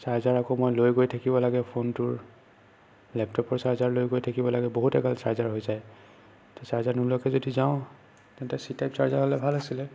charger আকৌ মই লৈ গৈ থাকিব লাগে ফোনটোৰ লেপটপৰ ছাৰ্জাৰ লৈ গৈ থাকিব লাগে বহুত এগাল ছাৰ্জাৰ হৈ যায় ছাৰ্জাৰ নোলোৱাকৈ যদি যাওঁ তেন্তে চি টাইপ ছাৰ্জাৰ হ'লে ভাল আছিলে